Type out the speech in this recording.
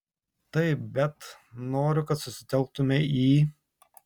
taip bet noriu kad susitelktumei į